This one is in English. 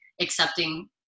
accepting